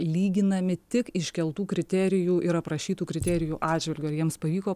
lyginami tik iškeltų kriterijų ir aprašytų kriterijų atžvilgiu ar jiems pavyko